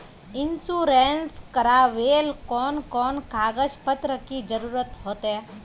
Insurance करावेल कोन कोन कागज पत्र की जरूरत होते?